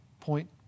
point